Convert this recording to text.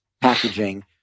packaging